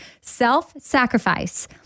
Self-sacrifice